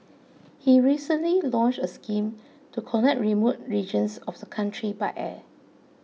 he recently launched a scheme to connect remote regions of the country by air